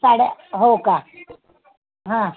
साड्या हो का हां